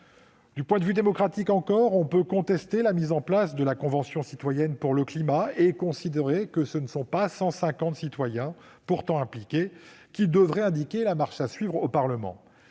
Du point de vue démocratique encore, on peut contester la mise en place de la Convention citoyenne pour le climat et considérer que ce ne sont pas 150 citoyens, pourtant impliqués, qui devraient indiquer la marche à suivre au Parlement.